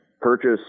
purchase